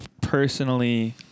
personally